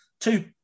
two